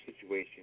situation